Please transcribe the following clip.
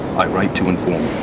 i write to inform